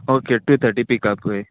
okay two थटी pickup कोय